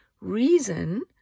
reason